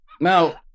Now